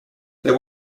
there